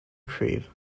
crewe